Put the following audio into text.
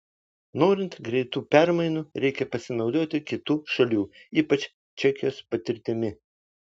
norint greitų permainų reikia pasinaudoti kitų šalių ypač čekijos patirtimi